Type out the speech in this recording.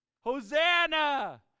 Hosanna